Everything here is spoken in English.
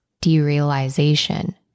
derealization